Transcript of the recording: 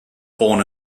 born